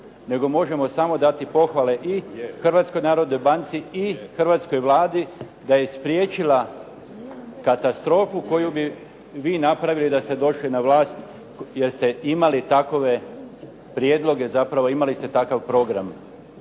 nego možemo samo dati pohvale i Hrvatskoj narodnoj banci i hrvatskoj Vladi da je spriječila katastrofu koju bi vi napravili da ste došli na vlast jer ste imali takove prijedloge. Zapravo imali ste takav program